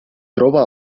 troba